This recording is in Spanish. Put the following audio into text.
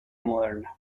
moderna